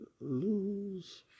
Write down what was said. lose